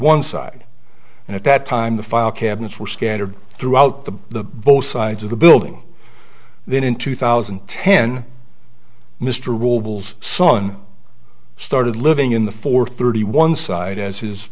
one side and at that time the file cabinets were scattered throughout the both sides of the building then in two thousand and ten mr rules son started living in the four thirty one side as his